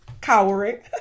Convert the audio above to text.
Cowering